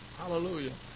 Hallelujah